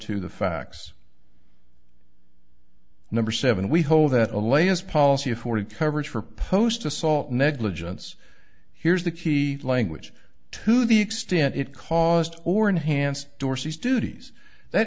to the facts number seven we hold that a lay is policy of forty coverage for post assault negligence here's the key language to the extent it caused or enhanced dorsey's duties that